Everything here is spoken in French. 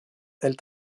elle